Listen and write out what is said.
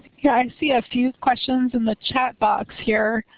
yeah i um see a few questions in the chat box here.